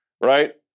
right